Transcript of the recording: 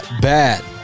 bad